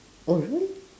oh really